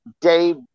Dave